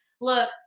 look